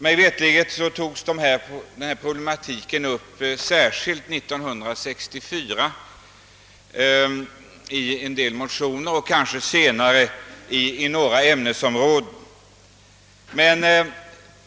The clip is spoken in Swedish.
Mig veterligt togs denna problematik särskilt upp 1964 i en del motioner och kanske senare i några ämnesområden.